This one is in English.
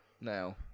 Now